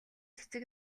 цэцэг